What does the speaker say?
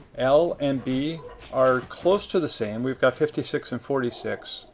l and b are close to the same we've got fifty six and forty six,